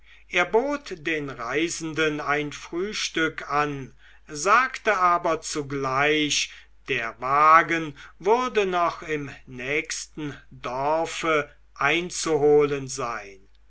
er bot den reisenden ein frühstück an sagte aber zugleich der wagen würde noch im nächsten dorfe einzuholen sein